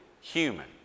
human